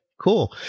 cool